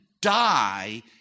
die